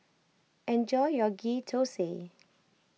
enjoy your Ghee Thosai